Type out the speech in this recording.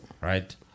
Right